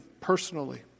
personally